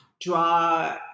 draw